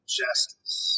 justice